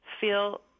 feel